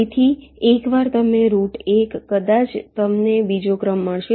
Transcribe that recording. તેથી એકવાર તમે રૂટ 1 કદાચ તમને બીજાનો ક્રમ મળશે